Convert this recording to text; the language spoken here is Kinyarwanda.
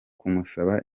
kumusaba